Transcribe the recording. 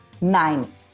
nine